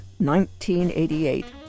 1988